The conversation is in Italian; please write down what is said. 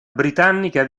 britannica